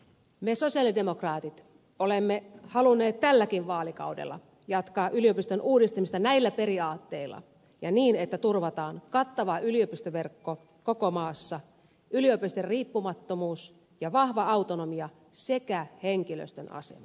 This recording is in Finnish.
me sosialidemokraatit olemme halunneet tälläkin vaalikaudella jatkaa yliopistojen uudistamista näillä periaatteilla ja niin että turvataan kattava yliopistoverkko koko maassa yliopistojen riippumattomuus ja vahva autonomia sekä henkilöstön asema